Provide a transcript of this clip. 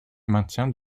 maintient